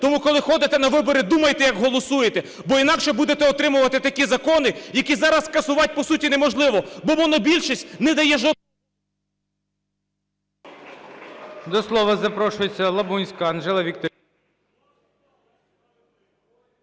Тому коли ходите на вибори, думайте, як голосуєте, бо інакше будете отримувати такі закони, які зараз скасувати по суті неможливо, бо монобільшість не дає...